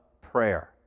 prayer